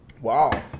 Wow